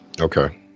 Okay